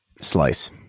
slice